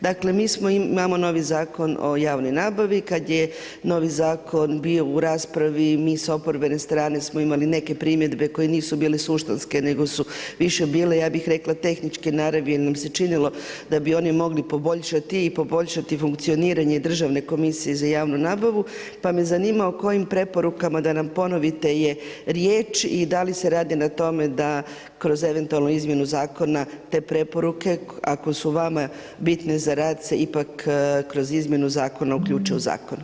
Dakle imamo novi Zakon o javnoj nabavi, kada je novi zakon bio u raspravi mi s oporbene strane smo imali neke primjedbe koje nisu suštinske nego su više bile tehničke naravi jer nam se činilo da bi oni mogli poboljšati … poboljšati funkcioniranje Državne komisije za javnu nabavu, pa me zanima o kojim preporuka da nam ponovite je riječ i da li se radi na tome da kroz eventualnu izmjenu zakona te preporuke, ako su vama bitne za rad si ipak kroz izmjenu zakona uključe u zakon?